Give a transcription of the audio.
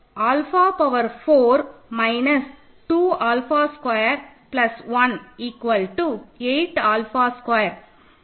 ஆகவே alpha power 4 minus 2 alpha square plus 1 8 alpha square